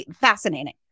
fascinating